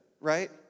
right